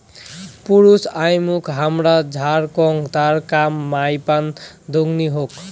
পুরুছ আমুইকে হামরা ষাঁড় কহু তার কাম মাইপান দংনি হোক